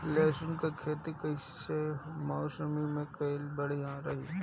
लहसुन क खेती कवने मौसम में कइल बढ़िया रही?